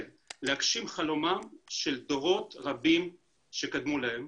ולהגשים חלומם של דורות רבים שקדמו להם.